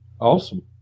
awesome